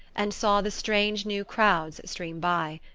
and saw the strange new crowds stream by.